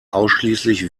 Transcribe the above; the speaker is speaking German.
ausschließlich